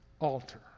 altar